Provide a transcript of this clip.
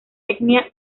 etnia